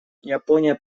япония